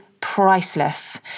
priceless